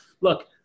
look